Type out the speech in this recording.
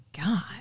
God